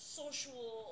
social